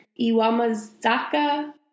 Iwamazaka